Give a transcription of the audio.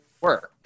work